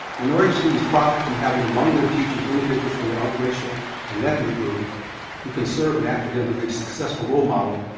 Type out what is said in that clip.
minority students profit from having among their teachers individuals from their own racial and ethnic group who can serve an academically successful role model,